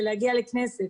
זה להגיע לכנסת,